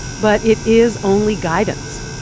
but it is only guidance.